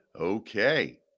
Okay